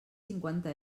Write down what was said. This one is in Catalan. cinquanta